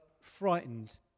frightened